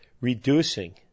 reducing